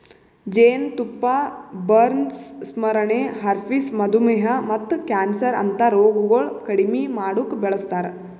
ಜೇನತುಪ್ಪ ಬರ್ನ್ಸ್, ಸ್ಮರಣೆ, ಹರ್ಪಿಸ್, ಮಧುಮೇಹ ಮತ್ತ ಕ್ಯಾನ್ಸರ್ ಅಂತಾ ರೋಗಗೊಳ್ ಕಡಿಮಿ ಮಾಡುಕ್ ಬಳಸ್ತಾರ್